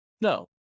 No